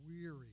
weary